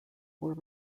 were